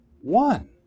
one